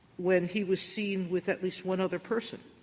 when he was seen with at least one other person?